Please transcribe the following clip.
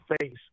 face